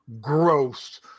Gross